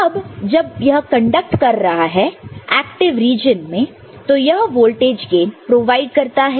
अब जब यह कंडक्ट कर रहा है एक्टिव रीजन में तो यह वोल्टेज गैन प्रोवाइड करता है